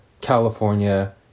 California